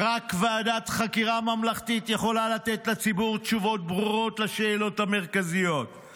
"רק ועדת חקירה ממלכתית יכולה לתת לציבור תשובות ברורות לשאלות המרכזיות";